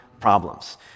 problems